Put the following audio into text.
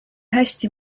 hästi